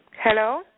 Hello